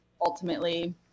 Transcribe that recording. ultimately